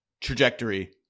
trajectory